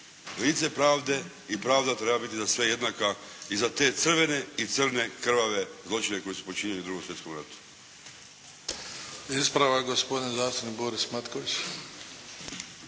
Lice pravde i pravda treba biti za sve jednaka i za te crvene i crne krvave zločine koje su počinili u drugom svjetskom ratu. **Bebić, Luka (HDZ)** Ispravak gospodin zastupnik Boris Matković.